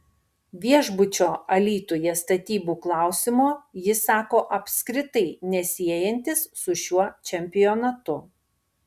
viešbučio alytuje statybų klausimo jis sako apskritai nesiejantis su šiuo čempionatu